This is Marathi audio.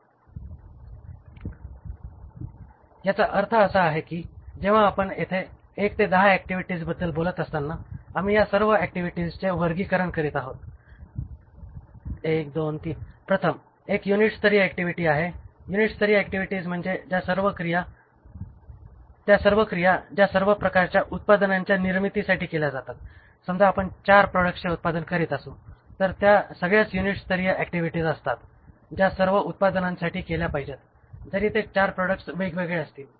तर याचा अर्थ असा आहे की जेव्हा आपण येथे 1 ते 10 ऍक्टिव्हिटीजबद्दल बोलत असताना आम्ही या सर्व ऍक्टिव्हिटीजचे वर्गीकरण करीत आहोत 1 2 3 प्रथम एक युनिट स्तरीय ऍक्टिव्हिटी आहे युनिट स्तरीय ऍक्टिव्हिटीज म्हणजे त्या सर्व क्रिया ज्या सर्व प्रकारच्या उत्पादनांच्या निर्मितीसाठी केल्या जातात समजा आपण 4 प्रॉडक्ट्सचे उत्पादन करीत असू तर त्या सगळ्याच युनिट स्तरीय ऍक्टिव्हिटीज असतात ज्या सर्व उत्पादनांसाठी केल्या पाहिजेत जरी ते ४ प्रॉडक्ट्स वेगवेगळी असतील